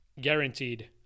guaranteed